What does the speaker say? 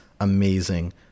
amazing